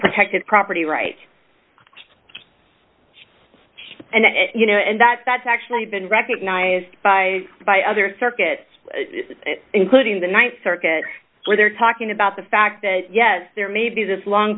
protected property right and you know and that's actually been recognized by by other circuits including the th circuit where they're talking about the fact that yes there may be this long